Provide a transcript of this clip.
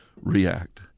react